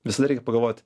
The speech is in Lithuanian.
visada reikia pagalvot